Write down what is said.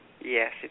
Yes